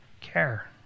care